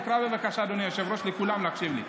תקרא, בבקשה, אדוני היושב-ראש, לכולם להקשיב לי.